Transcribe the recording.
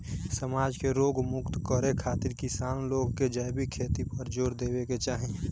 समाज के रोग मुक्त रखे खातिर किसान लोग के जैविक खेती पर जोर देवे के चाही